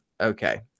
Okay